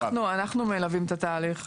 אנחנו מלווים את התהליך.